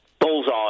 Bullseye